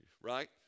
Right